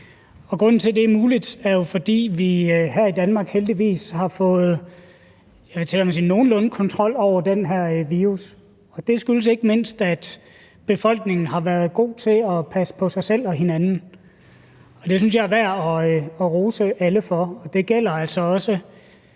grunden til, at det er muligt, er jo, at vi her i Danmark heldigvis har fået nogenlunde kontrol over den her virus, og det skyldes ikke mindst, at befolkningen har været god til at passe på sig selv og hinanden. Det synes jeg er værd at rose alle for, og det gælder altså også